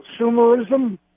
consumerism